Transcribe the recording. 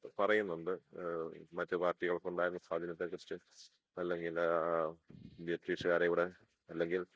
പറയുന്നുണ്ട് മറ്റ് പാർട്ടികൾക്ക് ഉണ്ടായിരുന്ന സ്വാധീനത്തെ കുറിച്ചു അല്ലെങ്കിൽ ബ്രിട്ടീഷുകാരെ ഇവിടെ അല്ലെങ്കിൽ